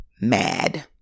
mad